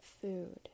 food